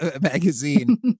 magazine